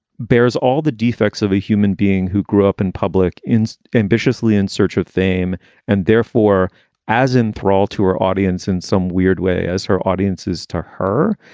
bares all the defects of a human being who grew up in public, in ambitiously in search of fame and therefore as in thrall to her audience in some weird way as her audiences to her.